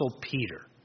Peter